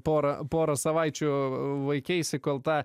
porą porą savaičių vaikeisi kol tą